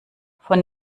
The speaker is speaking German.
von